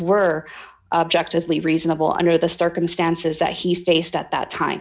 were objectively reasonable under the circumstances that he faced at that time